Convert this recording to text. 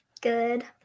Good